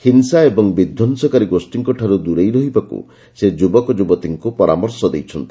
ହିଂସା ଏବଂ ବିଧ୍ୱଂସକାରୀ ଗୋଷୀଙ୍କଠାରୁ ଦୂରେଇ ରହିବାକୁ ସେ ଯୁବକ ଯୁବତୀଙ୍କୁ ପରାମର୍ଶ ଦେଇଛନ୍ତି